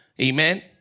Amen